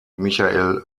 michael